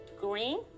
green